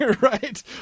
right